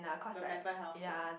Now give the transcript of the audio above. the mental health thing ah